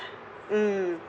mm